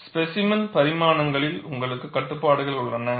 specimen பரிமாணங்களில் உங்களுக்கு கட்டுப்பாடுகள் உள்ளன